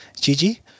Gigi